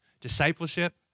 discipleship